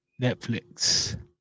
Netflix